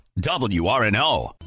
WRNO